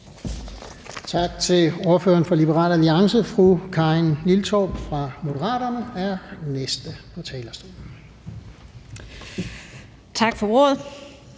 Tak til ordføreren fra Liberal Alliance. Fru Karin Liltorp fra Moderaterne er den næste ordfører på talerstolen. Kl.